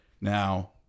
Now